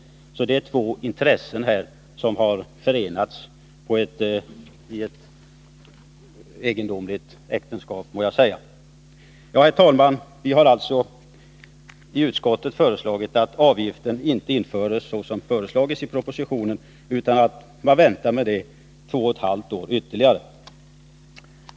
Det är alltså två intressen här som har förenats —- i ett egendomligt äktenskap, må jag säga. Herr talman! Vi har alltså i utskottet föreslagit att avgiften inte införs vid den tidpunkt som angetts i propositionen utan att man väntar med det hela ytterligare två och ett halvt år.